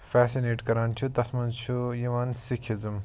fascinate کَران چھِ تَتھ منٛز چھُ یِوان سِکھ اِزٕم